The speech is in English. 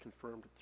confirmed